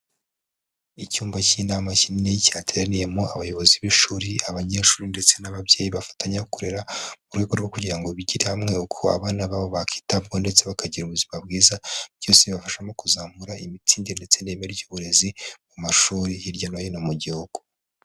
Icyumba cy'inama kinini cyateraniyemo abayobozi b'ishuri, abanyeshuri ndetse n'ababyeyi bafatanya kurera mu rwego rwo kugira ngo bigire hamwe uko abana babo bakitabwaho ndetse bakagira ubuzima bwiza, byose bibafasha mu kuzamura imitsinde ndetse n'ireme ry'uburezi mu mashuri hirya no hino mu gihugu.